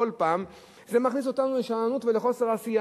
כל פעם זה מכניס אותנו לשאננות ולחוסר עשייה,